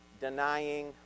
denying